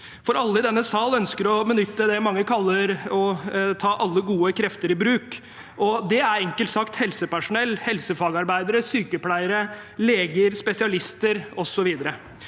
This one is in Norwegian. Alle i denne sal ønsker å benytte det mange kaller å ta alle gode krefter i bruk, og det er enkelt sagt helsepersonell, helsefagarbeidere, sykepleiere, leger, spesialister og